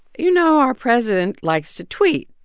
you know, our president likes to tweet.